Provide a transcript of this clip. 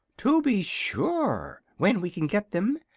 to be sure, when we can get them.